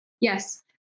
Yes